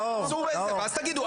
ואז תגידו,